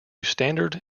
standard